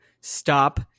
stop